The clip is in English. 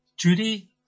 Judy